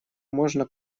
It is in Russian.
можно